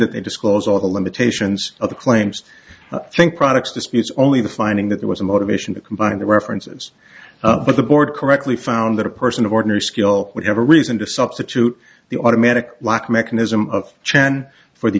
that they disclose all the limitations of the claims think products disputes only the finding that there was a motivation to combine the references but the board correctly found that a person of ordinary skill would have a reason to substitute the automatic lock mechanism of chen for the